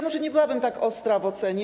Może nie byłabym tak ostra w ocenie.